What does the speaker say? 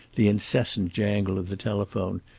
the incessant jangle of the telephone,